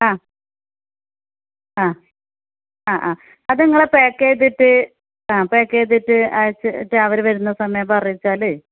ആ ആ അ അ അത് നിങ്ങൾ പാക്ക് ചെയ്തിട്ട് ആ പാക്ക് ചെയ്തിട്ട് അയച്ചിട്ട് അവർ വരുന്ന സമയം അറിയിച്ചാൽ